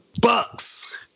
Bucks